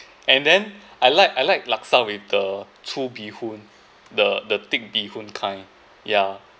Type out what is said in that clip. and then I like I like laksa with the two bee hoon the the thick bee hoon kind ya